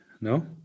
No